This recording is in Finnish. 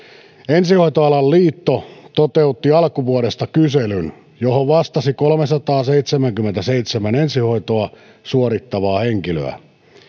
ensihoitoalan liitto toteutti alkuvuodesta kyselyn johon vastasi kolmesataaseitsemänkymmentäseitsemän ensihoitoa suorittavaa henkilöä